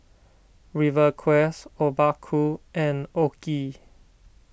Rivercrest Obaku and Oki